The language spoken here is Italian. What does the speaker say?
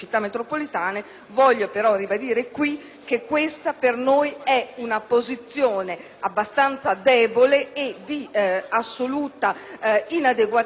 Voglio tuttavia ribadire qui che questa è per noi una posizione abbastanza debole e di assoluta inadeguatezza rispetto al